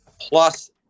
plus